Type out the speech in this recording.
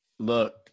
Look